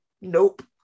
nope